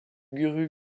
guru